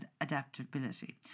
adaptability